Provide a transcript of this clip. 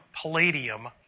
palladium